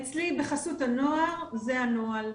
אצלי בחסות הנוער זה הנוהל.